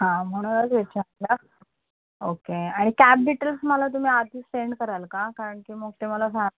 हां म्हणूनच विचारलं ओके आणि कॅब डिटेल्स मला तुम्ही आधीच सेंड कराल का कारण की मग ते मला झा